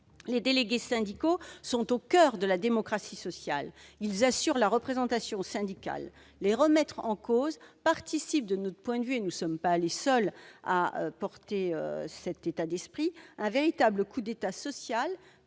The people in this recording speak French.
Les délégués syndicaux sont au coeur de la démocratie sociale, ils assurent la représentation syndicale. Leur remise en cause participe, de notre point de vue et nous ne sommes pas les seuls à porter cet état d'esprit, du véritable coup d'État social